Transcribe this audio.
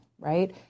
right